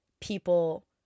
people